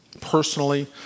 Personally